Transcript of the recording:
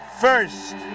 first